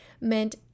meant